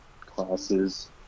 classes